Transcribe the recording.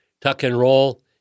tuck-and-roll